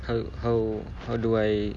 how how how do I